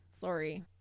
Sorry